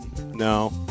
No